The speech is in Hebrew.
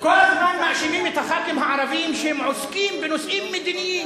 כל הזמן מאשימים את חברי הכנסת הערבים שהם עוסקים בנושאים מדיניים,